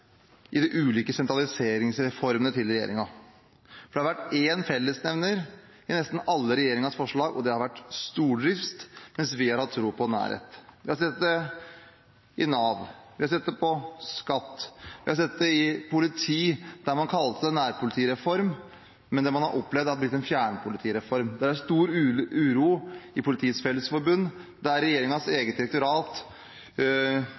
i de ulike sentraliseringsreformene til regjeringen. For det har vært én fellesnevner i nesten alle forslagene fra regjeringen, og det har vært stordrift, mens vi har hatt tro på nærhet. Vi har sett det i Nav, vi har sett det med skatt, vi har sett det med politiet, der man kalte det nærpolitireform, men det man har opplevd, er at det har blitt en fjernpolitireform. Det er stor uro i Politiets Fellesforbund, der